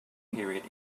period